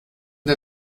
der